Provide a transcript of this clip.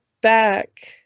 back